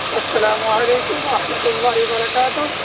السّلام علیکم و رحمۃ اللہ برکاتہ